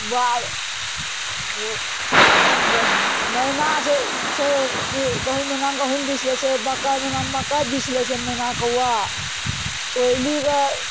बाग महिना छै गहुम महीनामे गहुम बीछ लै छै मकइ महीना मकइ बीछ लै छै मैना कौआ कोयलीके